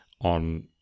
on